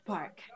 Park